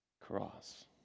cross